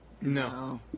No